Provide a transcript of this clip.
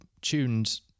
tuned